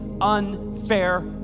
unfair